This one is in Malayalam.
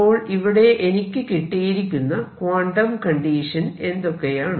അപ്പോൾ ഇവിടെ എനിക്ക് കിട്ടിയിരിക്കുന്ന ക്വാണ്ടം കണ്ടീഷൻ എന്തൊക്കെയാണ്